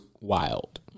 wild